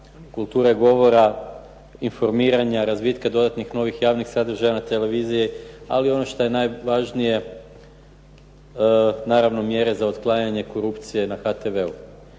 kulture govora, informiranja, razvitka novih javnih sadržaja na televiziji. Ali ono što je najvažnije, naravno mjere za otklanjanje korupcije na HRV-u.